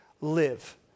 live